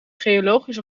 geologisch